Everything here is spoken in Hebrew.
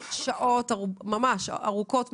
במשך שעות ארוכות מאוד,